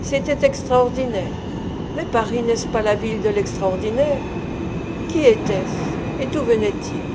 c'était extraordinaire mais paris n'est-ce pas la ville de l'extraordinaire qui était-ce et d'où venait-il